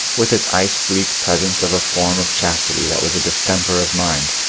with its ice-bleak presence of a form of chastity that was a distemper of mind?